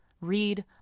read